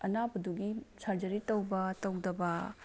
ꯑꯅꯥꯕꯗꯨꯒꯤ surgery ꯇꯧꯕ ꯇꯧꯗꯕ